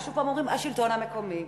ושוב אומרים: השלטון המקומי.